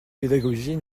pédagogie